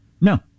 No